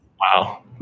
Wow